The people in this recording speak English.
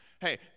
Hey